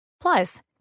Plus